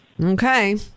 Okay